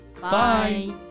Bye